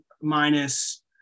minus